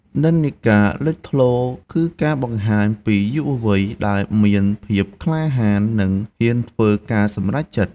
និន្នាការលេចធ្លោ គឺការបង្ហាញពីយុវវ័យដែលមានភាពក្លាហាននិងហ៊ានធ្វើការសម្រេចចិត្ត។